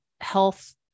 health